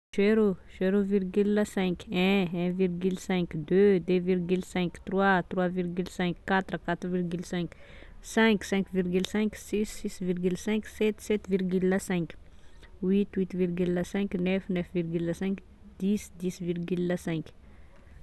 Zero, zéro virgule cinq, un, un virgule cinq, deux, deux virgule cinq, trois, trois virgule cinq, quatre, quatre virgule cinq, cinq, cinq virgule cinq, six, six virgule cinq, sept, sept virgule cinq, huit, huit virgule cinq, neuf, neuf virgule cinq, dix, dix virgule cinq